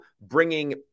bringing